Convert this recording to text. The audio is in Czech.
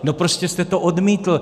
No prostě jste to odmítl.